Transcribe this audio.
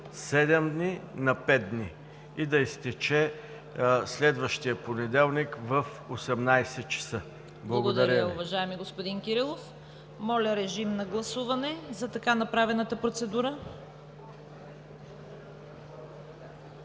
от 7 дни на 5 дни и да изтече следващия понеделник в 18,00 ч. Благодаря.